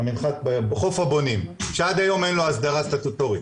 בחוף הבונים שעד היום אין לו אסדרה סטטוטורית,